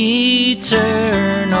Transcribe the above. eternal